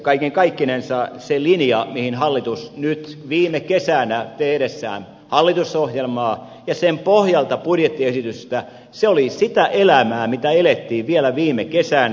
kaiken kaikkinensa se linja mihin hallitus sitoutui viime kesänä tehdessään hallitusohjelmaa ja sen pohjalta budjettiesitystä oli sitä elämää mitä elettiin vielä viime kesänä